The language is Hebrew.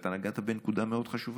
ואתה נגעת בנקודה מאוד חשובה.